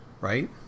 right